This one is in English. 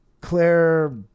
Claire